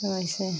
वैसे